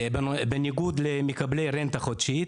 בניגוד לאלה שמקבלים רנטה חודשית,